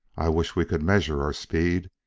i wish we could measure our speed.